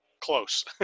close